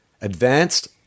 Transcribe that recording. advanced